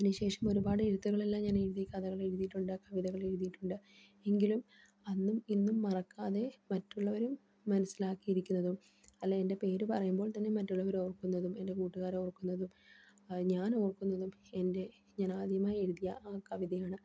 അന് ശേഷം ഒരുപാട് എഴുത്തുകളളെല്ലാം ഞാൻ എഴുതി കഥകള എഴതിയിട്ടുണ്ട് കവിതകൾഴതിയിട്ടുണ്ട് എങ്കിലും അന്നും ഇന്നും മറക്കാതെ മറ്റുള്ളവരും മനസ്സിലാക്കിയിരിക്കുന്നതും അല്ല എൻ്റെ പേര് പറയുമ്പോൾ തന്നെ മറ്റുള്ളവര് ഓർക്കുന്നതും എൻ്റെ കൂട്ടുകാര ഓർക്കുന്നതും ഞാൻ ഓർക്കുന്നതും എൻ്റെ ഞാൻാദ്യമായി എഴുതിയ ആ കവിതയാണ്